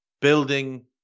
Building